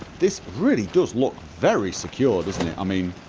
this really does look very secure, doesn't it? i mean